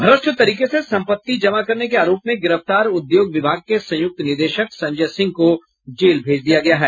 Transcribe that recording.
भ्रष्ट तरीके से संपत्ति जमा करने के आरोप में गिरफ्तार उद्योग विभाग के संयुक्त निदेशक संजय सिंह को जेल भेज दिया गया है